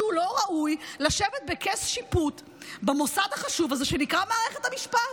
שהוא לא ראוי לשבת בכס שיפוט במוסד החשוב הזה שנקרא מערכת המשפט.